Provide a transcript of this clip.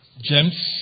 James